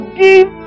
give